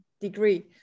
degree